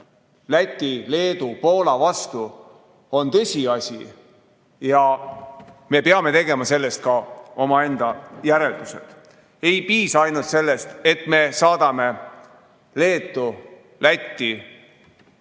Läti, Leedu ja Poola vastu on tõsiasi. Ja me peame tegema sellest ka omaenda järeldused. Ei piisa ainult sellest, et me saadame Leetu ja